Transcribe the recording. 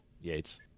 Yates